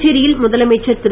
புதுச்சேரியில் முதலமைச்சர் திரு